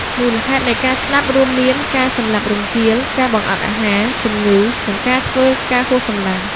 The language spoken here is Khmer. មូលហេតុនៃការស្លាប់រួមមាន ការសម្លាប់រង្គាល ការបង្អត់អាហារ ជំងឺ និងការធ្វើការហួសកម្លាំង។